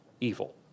evil